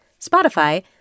Spotify